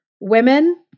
women